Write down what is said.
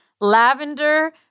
lavender